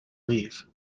leave